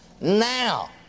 Now